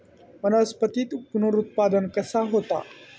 वनस्पतीत पुनरुत्पादन कसा होता?